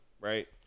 Right